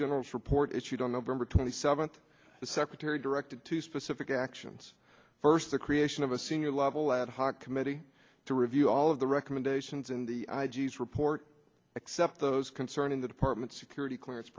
general's report issued on november twenty seventh the secretary directed two specific actions first the creation of a senior level ad hoc committee to review all of the recommendations in the i g s report except those concerning the department's security clearance